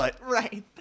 Right